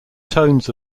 tones